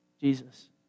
Jesus